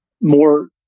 more